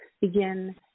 Begin